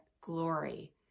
glory